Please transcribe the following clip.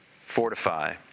fortify